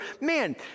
man